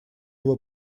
его